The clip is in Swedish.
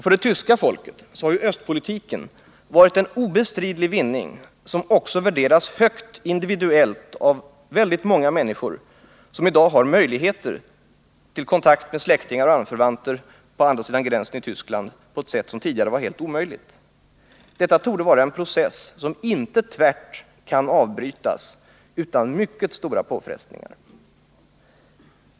För det tyska folket har östpolitiken varit en obestridlig vinning, som också värderas högt individuellt av många människor, vilka i dag har möjligheter till kontakt med släktingar och anförvanter på andra sidan gränsen i Tyskland på ett sätt som tidigare var helt omöjligt. Detta torde vara en process, som inte tvärt kan avbrytas utan mycket stora påfrestningar.